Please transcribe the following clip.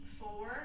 four